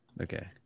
Okay